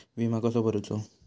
विमा कसो भरूचो?